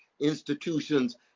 institutions